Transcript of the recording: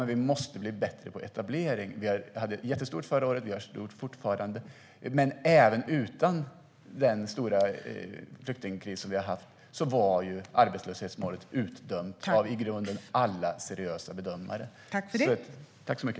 Men vi måste bli bättre på etablering. Mottagandet var jättestort förra året, och det är fortfarande stort. Men även bortsett från den stora flyktingkris vi haft var arbetslöshetsmålet utdömt av egentligen alla seriösa bedömare.